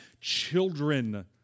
Children